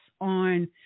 on